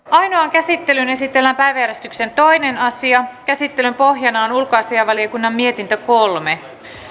ainoaan käsittelyyn esitellään päiväjärjestyksen toinen asia käsittelyn pohjana on ulkoasiainvaliokunnan mietintö kolme